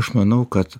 aš manau kad